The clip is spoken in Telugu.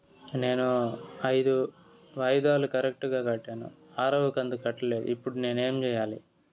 నేను ఐదు వాయిదాలు కరెక్టు గా కట్టాను, ఆరవ కంతు కట్టలేదు, ఇప్పుడు నేను ఏమి సెయ్యాలి?